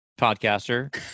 podcaster